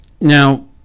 now